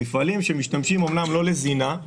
מפעלים שמשתמשים אומנם לא לזינה,